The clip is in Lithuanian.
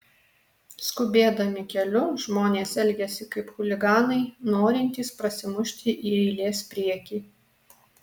skubėdami keliu žmonės elgiasi kaip chuliganai norintys prasimušti į eilės priekį